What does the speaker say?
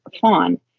fawn